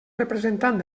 representant